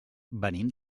venim